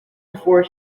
before